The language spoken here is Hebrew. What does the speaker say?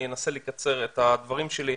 אני אנסה לקצר את הדברים שלי.